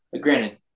Granted